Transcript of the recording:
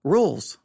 rules